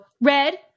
red